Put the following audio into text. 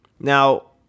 now